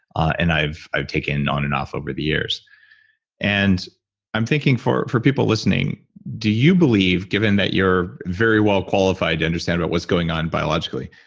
and i've i've taken on and off over the years and i'm thinking for for people listening, do you believe given that you're very well qualified to understand about what's going on biologically,